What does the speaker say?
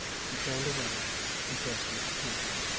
she turned away and burst into tears.